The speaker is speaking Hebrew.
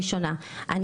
אני